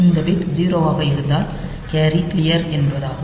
இந்த பிட் 0 ஆக இருந்தால் கேரி க்ளியர் என்பதாகும்